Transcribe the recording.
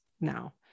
now